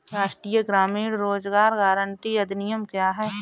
राष्ट्रीय ग्रामीण रोज़गार गारंटी अधिनियम क्या है?